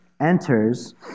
enters